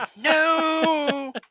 No